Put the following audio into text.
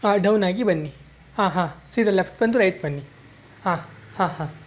ಹಾಂ ಡೌನ್ ಆಗಿ ಬನ್ನಿ ಹಾಂ ಹಾಂ ಸೀದಾ ಲೆಫ್ಟ್ ಬಂದು ರೈಟ್ ಬನ್ನಿ ಹಾಂ ಹಾಂ ಹಾಂ